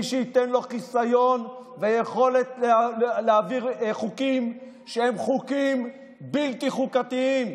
מי שייתן לו חיסיון ויכולת להעביר חוקים שהם בלתי חוקתיים,